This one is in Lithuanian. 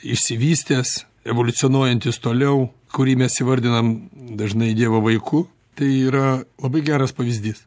išsivystęs evoliucionuojantis toliau kurį mes įvardinam dažnai dievo vaiku tai yra labai geras pavyzdys